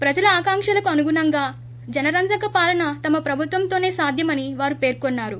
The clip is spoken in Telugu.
ప్రజల ఆకాంక్షలకు అనుగుణఃగా జనరంజన పాలన తమ ప్రభుత్వముతోనే సాధ్యమని వారు పేర్కొన్నారు